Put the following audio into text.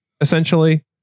essentially